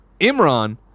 Imran